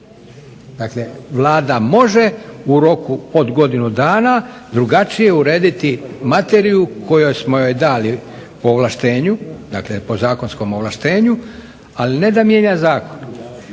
Dakle, Vlada može da u roku od godinu dana drugačije urediti materiju koju smo joj dali po zakonskom ovlaštenju, a ne da mijenja zakon.